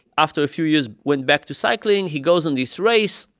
after a few years, went back to cycling, he goes in this race.